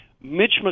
Mitch